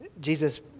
Jesus